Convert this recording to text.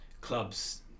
clubs